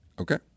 Okay